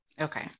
Okay